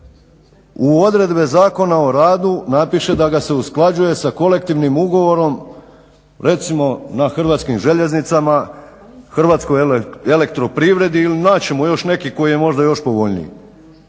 u odredbe Zakona o radu napiše da ga se usklađuje sa kolektivnim ugovorom recimo na Hrvatskim željeznicama, Hrvatskoj elektroprivredi ili naći ćemo još neki koji je možda još povoljniji.